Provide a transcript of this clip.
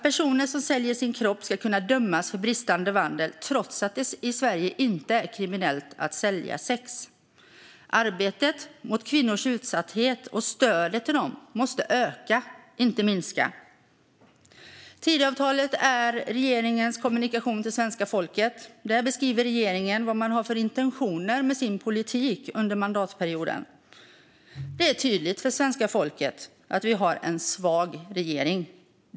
Personer som säljer sin kropp skulle då kunna dömas för bristande vandel trots att det i Sverige inte är kriminellt att sälja sex. Arbetet mot kvinnors utsatthet och stödet till dem måste öka - inte minska. Tidöavtalet är regeringens kommunikation till svenska folket. Där beskriver regeringen vad man har för intentioner med sin politik under mandatperioden. Det är tydligt för svenska folket att vi har en svag regering.